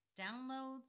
Downloads